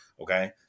okay